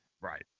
Right